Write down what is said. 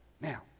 Now